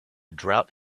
drought